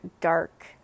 dark